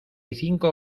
cinco